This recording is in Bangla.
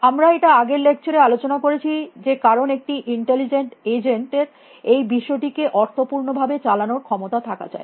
আমরা এটা আগের লেকচারে আলোচনা করেছি যে কারণ একটি ইন্টেলিজেন্ট এজেন্ট র এই বিশ্বটিকে অর্থপূর্ণ ভাবে চালানোর ক্ষমতা থাকা চাই